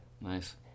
nice